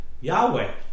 Yahweh